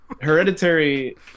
Hereditary